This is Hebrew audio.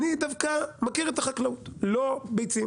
אני דווקא מכיר את החקלאות, לא ביצים.